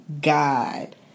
god